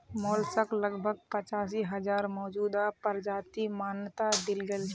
mollusc लगभग पचासी हजार मौजूदा प्रजातिक मान्यता दील गेल छेक